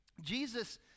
Jesus